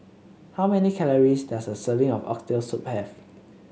how many calories does a serving of Oxtail Soup have